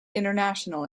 international